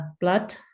blood